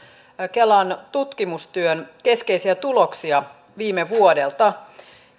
kelan tutkimustyön keskeisiä tuloksia viime vuodelta